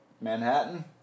Manhattan